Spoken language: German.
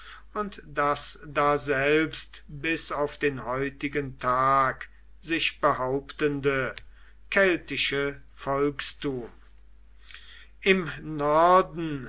und das daselbst bis auf den heutigen tag sich behauptende keltische volkstum im norden